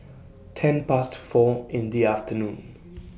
ten Past four in The afternoon